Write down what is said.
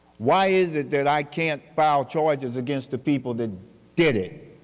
why is it that i can't file charges against the people that did it?